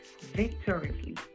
victoriously